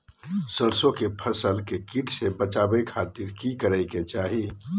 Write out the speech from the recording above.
सरसों की फसल के कीट से बचावे खातिर की करे के चाही?